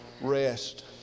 rest